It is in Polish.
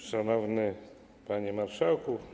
Szanowny Panie Marszałku!